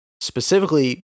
specifically